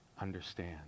understand